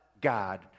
God